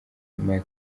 michael